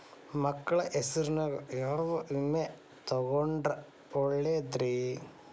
ಮಕ್ಕಳ ಹೆಸರಿನ್ಯಾಗ ಯಾವ ವಿಮೆ ತೊಗೊಂಡ್ರ ಒಳ್ಳೆದ್ರಿ?